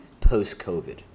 post-COVID